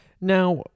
Now